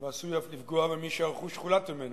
ועלול אף לפגוע במי שהרכוש חולט ממנו.